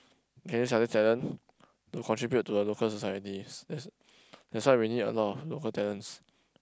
can use other talent to contribute to the local societies that's that's why we need a lot of local talents